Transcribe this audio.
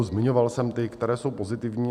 Zmiňoval jsem ty, které jsou pozitivní.